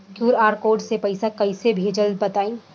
QR code से पईसा कईसे भेजब बताई?